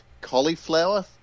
cauliflower